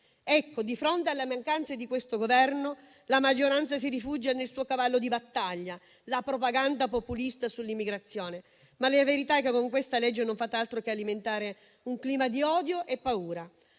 Ecco, di fronte alle mancanza del Governo, la maggioranza si rifugia nel suo cavallo di battaglia, la propaganda populista sull'immigrazione. La verità, però, è che con questo provvedimento non fate altro che alimentare un clima di odio e paura;